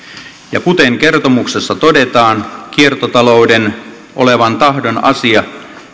ja kuten kertomuksessa todetaan kiertotalouden olevan tahdon asia